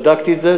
בדקתי את זה,